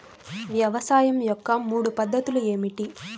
వ్యవసాయం యొక్క మూడు పద్ధతులు ఏమిటి?